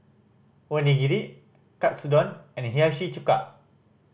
Onigiri Katsudon and Hiyashi Chuka